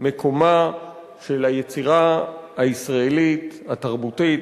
מקומה של היצירה הישראלית התרבותית,